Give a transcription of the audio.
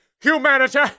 Humanity